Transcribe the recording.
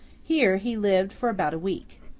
here, he lived for about a week.